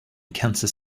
kansas